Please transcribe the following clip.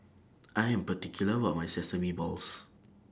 I Am particular about My Sesame Balls